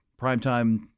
primetime